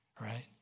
right